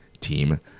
team